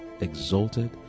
exalted